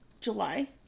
July